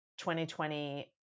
2020